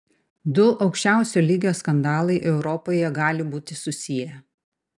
du aukščiausio lygio skandalai europoje gali būti susiję